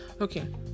Okay